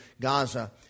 Gaza